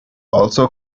also